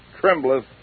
trembleth